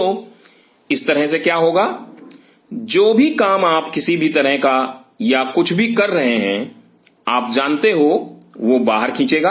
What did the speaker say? तो इस तरह से क्या होगा जो भी काम आप किसी भी तरह का Refer Time 1738 या कुछ भी कर रहे हैं आप जानते हो वह बाहर खींचेगा